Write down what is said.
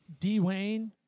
Dwayne